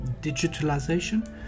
digitalization